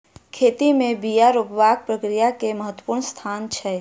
खेती में बिया रोपबाक प्रक्रिया के महत्वपूर्ण स्थान छै